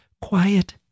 quiet